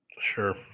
Sure